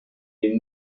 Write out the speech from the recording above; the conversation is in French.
est